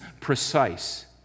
precise